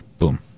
Boom